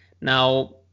Now